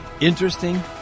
Interesting